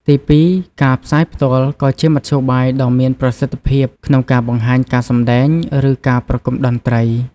ទីពីរ ការផ្សាយផ្ទាល់ ក៏ជាមធ្យោបាយដ៏មានប្រសិទ្ធភាពក្នុងការបង្ហាញការសម្ដែង ឬការប្រគំតន្ត្រី។